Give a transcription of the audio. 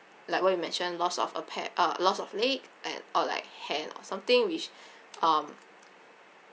like what you mentioned loss of a pair uh loss of leg and or like hand or something which um